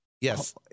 Yes